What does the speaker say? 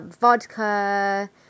vodka